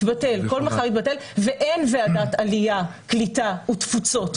ואין ועדת עלייה קליטה ותפוצות,